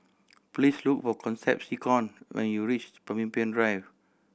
please look for Concepcion when you reach Pemimpin Drive